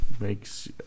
Makes